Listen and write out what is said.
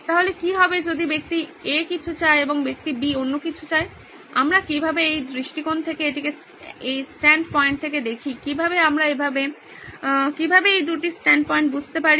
তাহলে কি হবে যদি ব্যক্তি A কিছু চায় এবং ব্যক্তি B অন্য কিছু চায় আমরা কিভাবে এই দৃষ্টিকোণ থেকে এটিকে এই স্ট্যান্ড পয়েন্ট থেকে দেখি কিভাবে আমরা কিভাবে এই দুটি স্ট্যান্ড পয়েন্ট বুঝতে পারি